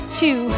two